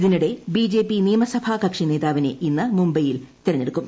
ഇതിനിടെ ബിജെപി നിയമസഭാ കക്ഷി നേതാവിനെ ഇന്ന് മുംബൈയിൽ തെരഞ്ഞെടുക്കും